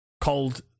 Called